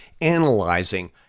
analyzing